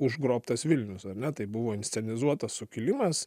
užgrobtas vilnius ar ne tai buvo inscenizuotas sukilimas